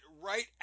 right